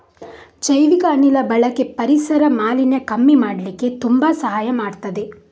ಜೈವಿಕ ಅನಿಲ ಬಳಕೆ ಪರಿಸರ ಮಾಲಿನ್ಯ ಕಮ್ಮಿ ಮಾಡ್ಲಿಕ್ಕೆ ತುಂಬಾ ಸಹಾಯ ಮಾಡ್ತದೆ